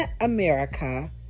America